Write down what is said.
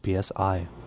PSI